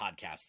podcast